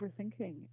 overthinking